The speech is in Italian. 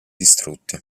distrutti